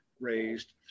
Raised